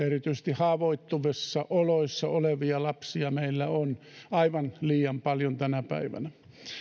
erityisesti haavoittuvissa oloissa olevia lapsia meillä on aivan liian paljon tänä päivänä